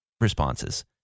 responses